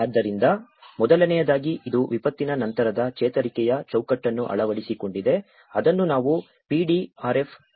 ಆದ್ದರಿಂದ ಮೊದಲನೆಯದಾಗಿ ಇದು ವಿಪತ್ತಿನ ನಂತರದ ಚೇತರಿಕೆಯ ಚೌಕಟ್ಟನ್ನು ಅಳವಡಿಸಿಕೊಂಡಿದೆ ಅದನ್ನು ನಾವು PDRF ಎಂದು ಕರೆಯುತ್ತೇವೆ